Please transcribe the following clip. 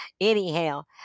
Anyhow